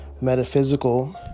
metaphysical